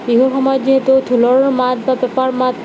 বিহুৰ সময়ত যিহেতু ঢোলৰ মাত বা পেঁপাৰ মাত